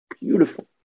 Beautiful